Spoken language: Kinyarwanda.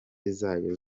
zayo